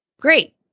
great